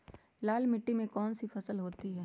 लाल मिट्टी में कौन सी फसल होती हैं?